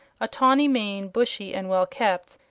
a tawney mane bushy and well kept,